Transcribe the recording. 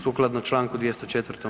Sukladno čl. 204.